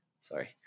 Sorry